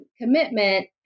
commitment